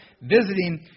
visiting